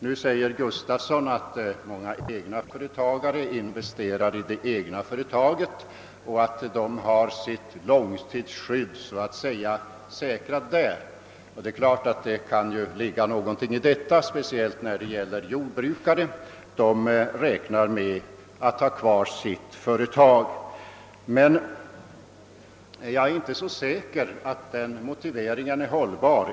Herr Gustavsson sade att många företagare investerar i det egna företaget och att de så att säga har sitt långtidsskydd säkrat där. Det ligger naturligtvis någonting i det, speciellt när det gäller jordbrukare som räknar med att ha kvar sitt jordbruk, men jag är inte så säker på att den motiveringen är hållbar.